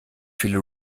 viele